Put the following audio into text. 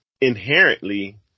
inherently